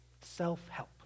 self-help